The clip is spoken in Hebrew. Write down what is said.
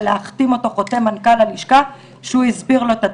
ולהחתים אותו בחוזה מנכ"ל הלשכה שהוא הסביר לו את הדברים.